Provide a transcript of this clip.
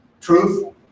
truth